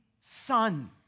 Son